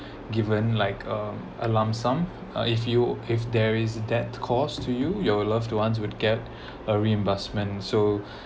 given like a a lump sum uh if you if there is dead caused to you your loved ones would get a reimbursement so